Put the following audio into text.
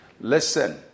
listen